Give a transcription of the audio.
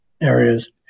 areas